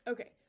Okay